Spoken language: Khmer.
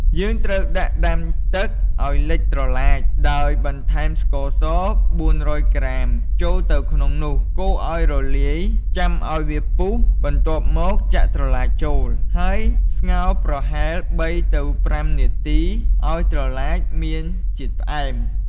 យើងត្រូវដាក់ដាំទឹកឱ្យលិចត្រឡាច ដោយបន្ថែមស្ករស ៤០០ ក្រាម ចូលទៅក្នុងនោះ កូរឱ្យរលាយ ចាំឱ្យវាពុះ បន្ទាប់មកចាក់ត្រឡាចចូល ហើយស្ងោរប្រហែល ៣ ទៅ ៥ នាទីឱ្យត្រឡាចមានជាតិផ្អែម។